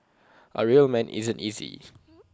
A real man isn't easy